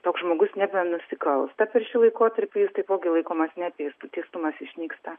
toks žmogus nebenusikalsta per šį laikotarpį jis taipogi laikomas neteistu teistumas išnyksta